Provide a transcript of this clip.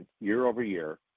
year-over-year